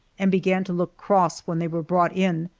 and began to look cross when they were brought in,